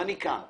ואני כאן.